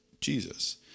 Jesus